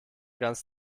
ganz